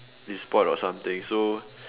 it's spoilt or something so